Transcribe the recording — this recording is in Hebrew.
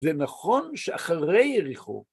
‫זה נכון שאחרי יריחו…